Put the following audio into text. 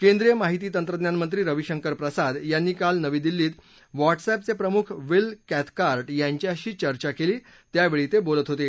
केंद्रीय माहिती तंत्रज्ञानमंत्री रविशंकर प्रसाद यांनी काल नवी दिल्लीत व्हॉट्सअॅपचे प्रमुख विल कॅथकार्ट यांच्याशी चर्चा केली त्यावेळी ते बोलत होते